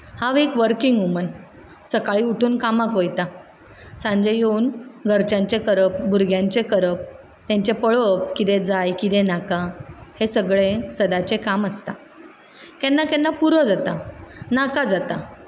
हांव एक working woman सकाळीं उठून कामाक वयता सांजे येवन घरच्यांचें करप भुरग्यांचें करप तेंचें पळोवप कितें जाय कितें नाका हें सगळें सदाचें काम आसता केन्ना केन्ना पुरो जाता नाका जाता